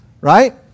right